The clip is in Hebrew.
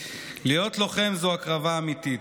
להיות לוחם זה הקרבה אמיתית.